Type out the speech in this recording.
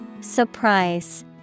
Surprise